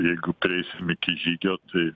jeigu prieisim iki žygio tai